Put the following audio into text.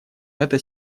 эта